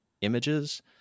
images